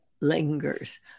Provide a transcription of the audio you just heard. lingers